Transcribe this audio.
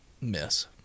Miss